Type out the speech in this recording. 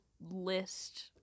list